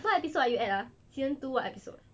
what episode are you at ah season two what episode